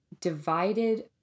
divided